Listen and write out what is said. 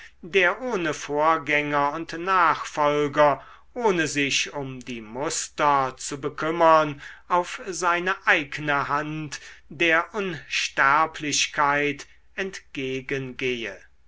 der ohne vorgänger und nachfolger ohne sich um die muster zu bekümmern auf seine eigne hand der unsterblichkeit entgegengehe